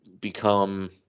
become